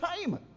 time